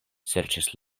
serĉas